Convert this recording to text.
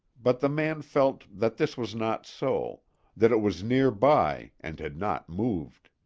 but the man felt that this was not so that it was near by and had not moved.